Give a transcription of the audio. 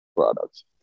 products